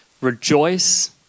Rejoice